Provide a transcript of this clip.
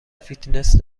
فیتنس